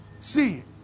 See